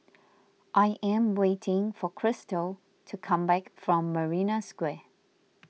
I am waiting for Krystal to come back from Marina Square